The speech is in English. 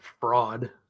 fraud